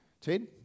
Ted